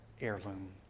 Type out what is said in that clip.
heirloom